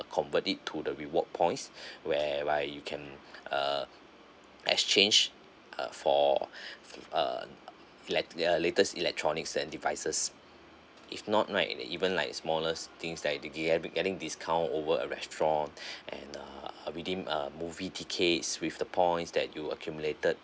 convert it to the reward points whereby you can uh exchange uh for uh lat~ uh latest electronics and devices if not not in even like a smallest things like uh get~ getting discount over a restaurant and uh uh redeem uh movie tickets with the points that you accumulated